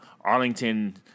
arlington